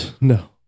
No